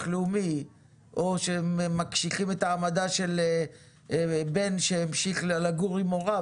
לאומי או שמקשיחים את העמדה של בן שהמשיך לגור עם הוריו,